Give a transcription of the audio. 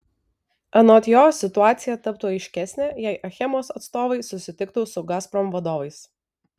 anot jo situacija taptų aiškesnė jei achemos atstovai susitiktų su gazprom vadovais